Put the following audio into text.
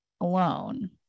alone